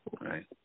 Right